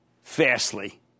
Fastly